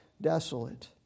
desolate